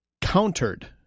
countered